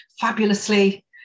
fabulously